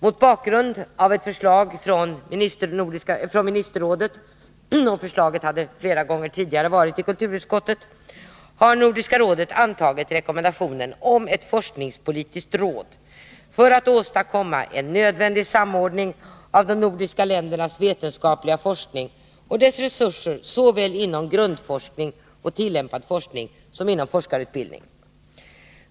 Mot bakgrund av ett förslag från ministerrådet — förslaget hade flera gånger varit i kulturutskottet — har Nordiska rådet antagit rekommendationen om ett forskningspolitiskt råd för att åstadkomma en nödvändig samordning av de nordiska ländernas vetenskapliga forskning och dess resurser såväl inom grundforskning och tillämpad forskning som inom forskarutbildning.